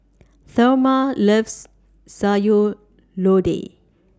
Thelma loves Sayur Lodeh